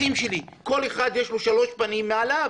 אחים שלי לכל אחד יש שלושה בנים מעליו.